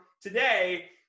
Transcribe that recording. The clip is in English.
today